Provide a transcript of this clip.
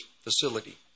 facility